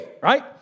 right